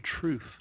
truth